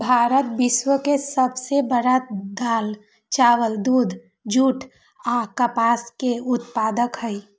भारत विश्व के सब से बड़ दाल, चावल, दूध, जुट आ कपास के उत्पादक हई